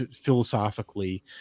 philosophically